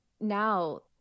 now